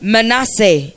Manasseh